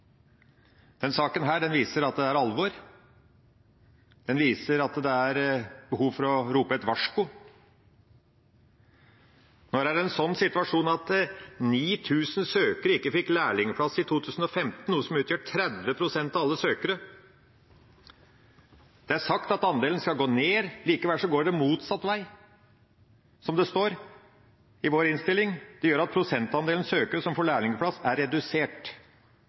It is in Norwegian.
saken viser at det er alvor. Den viser at det er behov for å rope et varsko. Nå er situasjonen at 9 000 søkere ikke fikk lærlingplass i 2015, noe som utgjør 30 pst. av alle søkere. Det er sagt at andelen skal ned. Likevel går det motsatt vei. Som det står i innstillinga: «Dette gjør at prosentandelen søkere som får lærlingplass er redusert.»